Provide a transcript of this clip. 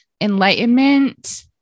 enlightenment